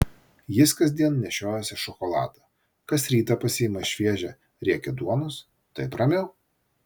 jis kasdien nešiojasi šokoladą kas rytą pasiima šviežią riekę duonos taip ramiau